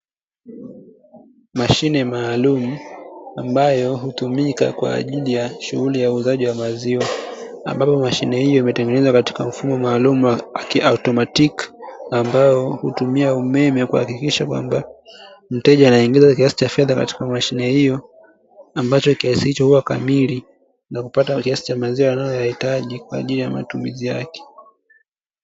Mashine maalumu ambayo hutumika kwa ajili ya shughuli ya uuzaji wa maziwa. Ambapo mashine hiyo imetengenezwa katika mfumo maalumu wa kiautomatiki ambayo hutumia umeme kuhakikisha kwamba mteja anaingiza kiasi cha fedha katika mashine hiyo, ambacho kiasi hicho huwa kamili na kupata kiasi cha maziwa anayoyahitaji kwa ajili ya matumizi yake.